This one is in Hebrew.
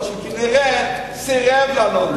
שכנראה סירב לענות על השאלה.